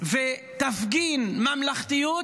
ותפגין ממלכתיות